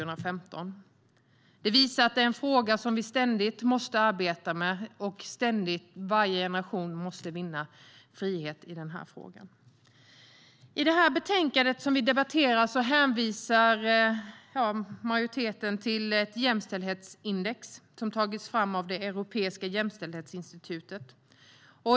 Det visar att det är en fråga som vi ständigt måste arbeta med och att varje generation måste vinna frihet i frågan. I det betänkande som vi debatterar hänvisar majoriteten till ett jämställdhetsindex som tagits fram av det europeiska jämställdhetsinstitutet.